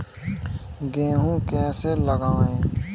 गेहूँ कैसे लगाएँ?